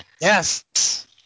Yes